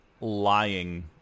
lying